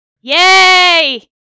Yay